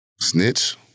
Snitch